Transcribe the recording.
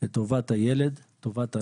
את טובת הילד, טובת הנער,